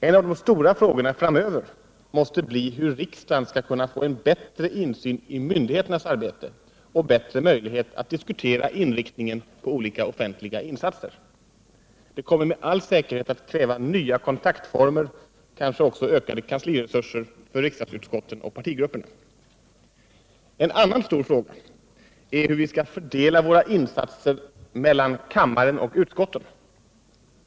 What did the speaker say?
En av de stora frågorna framöver måste bli hur riksdagen skall kunna få en bättre insyn i myndigheternas arbete och bättre möjlighet att diskutera inriktningen på olika offentliga insatser. Det kommer med all säkerhet att kräva nya kontaktformer, kanske också ökade kansliresurser för riksdagsutskotten och partigrupperna. En annan stor fråga är hur vi skall fördela våra insatser mellan kammaren och utskotten.